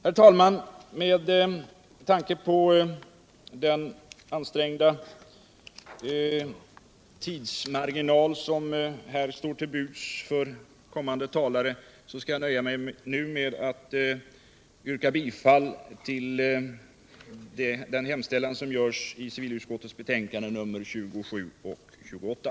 Herr talman! Med tanke på den ansträngda tidsmarginal som står till buds för kommande talare skall jag nu nöja mig med att yrka bifall till vad civilutskoutet hemställer i sina betänkanden 27 och 28.